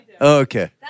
Okay